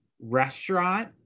restaurant